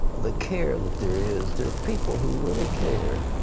the care that there is? there are people who really care.